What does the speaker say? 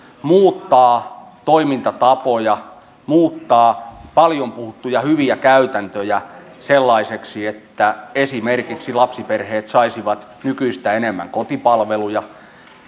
muuttaa toimintatapoja muuttaa paljon puhuttuja hyviä käytäntöjä sellaisiksi että esimerkiksi lapsiperheet saisivat nykyistä enemmän kotipalveluja